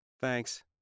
Thanks